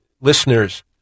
listeners